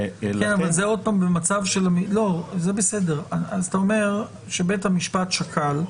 אתה אומר שבית המשפט שקל,